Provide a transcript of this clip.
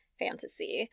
fantasy